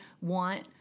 want